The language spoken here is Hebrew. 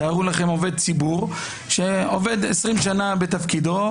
תארו לכם עובד ציבור שעובד 20 שנה בתפקידו,